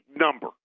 number